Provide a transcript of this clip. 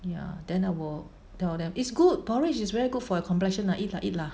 ya then I will tell them it's good porridge is very good for your complexion lah eat lah eat lah